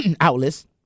outlets